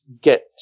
get